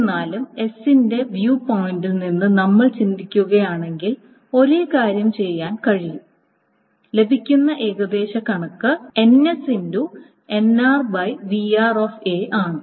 എന്നിരുന്നാലും s ന്റെ view പോയിന്റിൽ നമ്മൾ ചിന്തിക്കുകയാണെങ്കിൽ ഒരേ കാര്യം ചെയ്യാൻ കഴിയും ലഭിക്കുന്ന ഏകദേശ കണക്ക് ആണ്